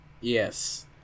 Yes